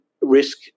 risk